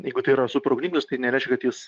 jeigu tai yra superugnikalnis tai nereiškia kad jis